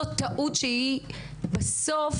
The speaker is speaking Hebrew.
זאת טעות שהיא בסוף